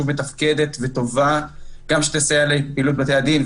מתפקדת וטובה גם שתסייע לפעילות בתי הדין,